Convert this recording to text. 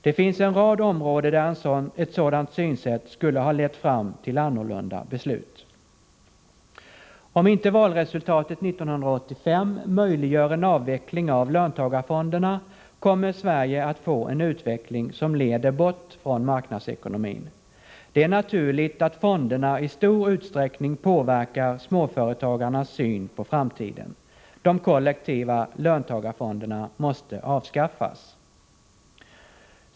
Det finns en rad områden där ett sådant synsätt skulle ha lett fram till annorlunda beslut. Om inte valresultatet 1985 möjliggör en avveckling av löntagarfonderna, kommer Sverige att få en utveckling som leder bort från marknadsekonomin. Det är naturligt att fonderna i stor utsträckning påverkar småföretagarnas syn på framtiden. De kollektiva löntagarfonderna måste avskaffas.